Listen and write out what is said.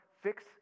Fix